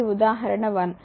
ఇది ఉదాహరణ 1